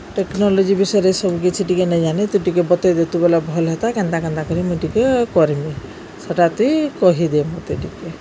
technology ବିଷୟରେ ସବୁ କିଛି ଟିକେ ନେଇାଜାନି ତୁଇ ଟିକେ ବତେଇ ଦେତୁ ବେଲେ ଭଲ୍ ହେତା କେନ୍ତା କେନ୍ତା କରି ମୁଇଁ ଟିକେ କର୍ମି ସେଟା ତୁ କହିଦେ ମତେ ଟିକେ